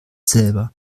selber